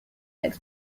ray